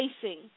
facing